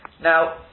Now